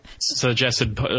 suggested